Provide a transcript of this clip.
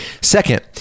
Second